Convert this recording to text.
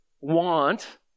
want